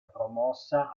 promossa